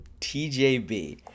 tjb